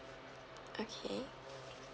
okay